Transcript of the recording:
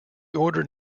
ordered